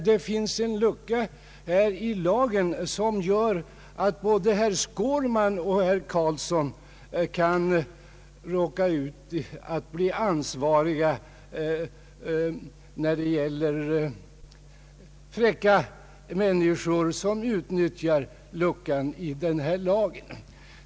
Det finns emellertid här en lucka i lagen som gör att både herr Skårman och herr Karlsson kan råka ut för att bli ansvariga, om fräcka människor utnyttjar denna lucka i lagen.